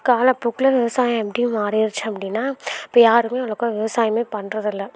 காலப்போக்கில் விவசாயம் எப்படி மாரிருச்சு அப்படின்னா இப்போ யாருமே அவ்வளோக்கா விவசாயமே பண்ணுறதில்ல